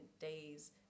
days